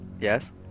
Yes